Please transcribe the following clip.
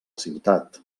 ciutat